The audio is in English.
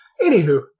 Anywho